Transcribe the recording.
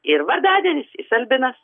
ir vardadienis jis albinas